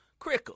Crickle